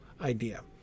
idea